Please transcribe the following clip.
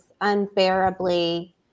unbearably